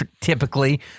typically